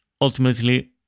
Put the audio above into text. ultimately